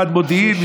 משרד מודיעין,